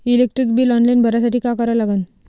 Electric bill online भरासाठी का करा लागन?